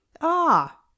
Ah